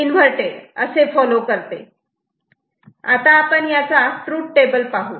आता आपण याचा ट्रूथ टेबल पाहू